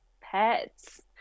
pets